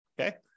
Okay